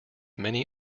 many